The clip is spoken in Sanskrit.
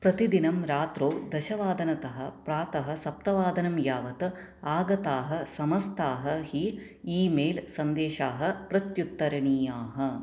प्रतिदिनं रात्रौ दशवादनतः प्रातः सप्तवादनं यावत् आगताः समस्ताः हि ई मेल् सन्देशाः प्रत्युत्तरणीयाः